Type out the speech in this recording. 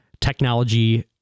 technology